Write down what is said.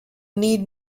need